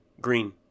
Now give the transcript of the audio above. green